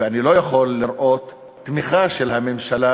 ואני לא יכול לראות תמיכה של הממשלה